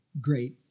great